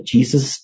Jesus